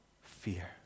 fear